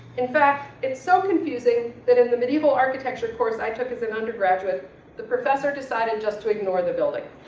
in fact, it's so confusing that in the medieval architecture course i took as an undergraduate the professor decided just to ignore the building.